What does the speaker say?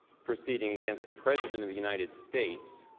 proceeding against the president of the united states,